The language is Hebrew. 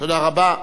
תודה רבה.